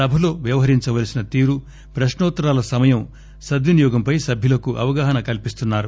సభలో వ్యవహరించవలసిన తీరు ప్రశ్పోత్తరాల సమయం సద్వినియోగంపై సభ్యులకు అవగాహన కల్పిస్తున్నారు